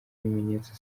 ibimenyetso